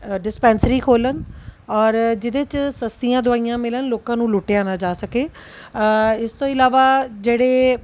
dispensary ਖੋਲ੍ਹਣ ਔਰ ਜਿਹਦੇ 'ਚ ਸਸਤੀਆਂ ਦਵਾਈਆਂ ਮਿਲਣ ਲੋਕਾਂ ਨੂੰ ਲੁੱਟਿਆ ਨਾ ਜਾ ਸਕੇ ਇਸ ਤੋਂ ਇਲਾਵਾ ਜਿਹੜੇ